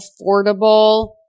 affordable